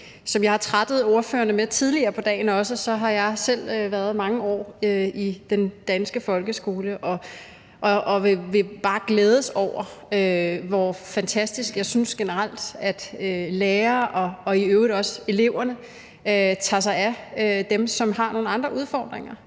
Som jeg også har trættet ordførerne med tidligere på dagen, har jeg selv været mange år i den danske folkeskole. Og jeg vil bare glæde mig over, hvor fantastisk jeg synes lærere og i øvrigt også elever generelt tager sig af dem, som har nogle udfordringer,